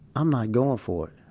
i'm not going for it.